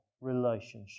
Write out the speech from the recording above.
relationship